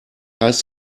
heißt